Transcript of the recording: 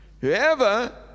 Whoever